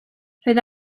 roedd